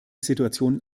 situation